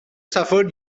suffered